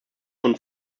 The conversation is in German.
und